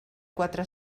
quatre